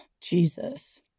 Jesus